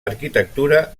arquitectura